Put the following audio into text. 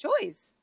choice